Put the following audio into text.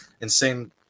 Insane